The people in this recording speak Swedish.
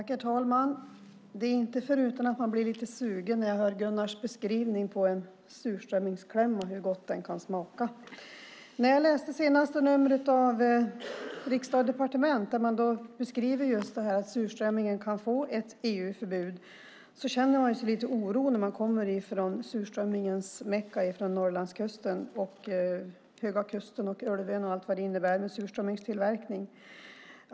Herr talman! Det är inte utan att jag blir lite sugen när jag hör Gunnars beskrivning av hur gott en surströmmingsklämma kan smaka. När jag i senaste numret av Riksdag & Departement läser att surströmmingen kan få ett EU-förbud känner jag mig lite orolig eftersom jag kommer från surströmmingens Mecka, Norrlandskusten, med Höga kusten, Ulvön och allt vad de innebär för surströmmingstillverkningen.